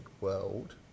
world